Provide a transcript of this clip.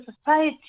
society